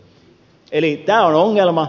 eli tämä on ongelma